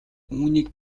үүнийг